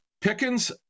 Pickens